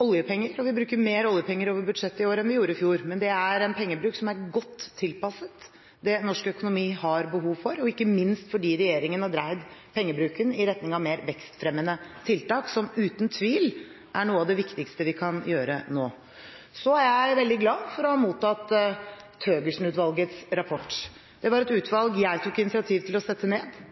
oljepenger, og vi bruker mer oljepenger over budsjettet i år enn vi gjorde i fjor. Men det er en pengebruk som er godt tilpasset det norsk økonomi har behov for, ikke minst fordi regjeringen har dreid pengebruken i retning av mer vekstfremmende tiltak, som uten tvil er noe av det viktigste vi kan gjøre nå. Så er jeg veldig glad for å ha mottatt Thøgersen-utvalgets rapport. Det er et utvalg jeg tok initiativ til å sette ned